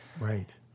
Right